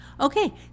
Okay